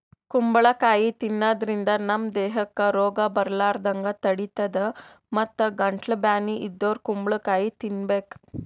ಕುಂಬಳಕಾಯಿ ತಿನ್ನಾದ್ರಿನ್ದ ನಮ್ ದೇಹಕ್ಕ್ ರೋಗ್ ಬರಲಾರದಂಗ್ ತಡಿತದ್ ಮತ್ತ್ ಗಂಟಲ್ ಬ್ಯಾನಿ ಇದ್ದೋರ್ ಕುಂಬಳಕಾಯಿ ತಿನ್ಬೇಕ್